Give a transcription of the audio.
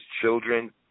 children